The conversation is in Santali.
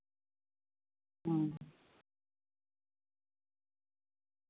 ᱚ